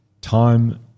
time